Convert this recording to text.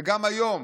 וגם היום